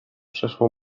przeszło